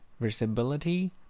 visibility